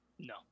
No